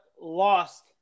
lost